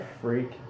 freak